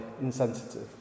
insensitive